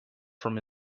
from